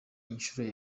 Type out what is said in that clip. inshuro